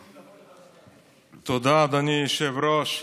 תודה, אדוני היושב-ראש.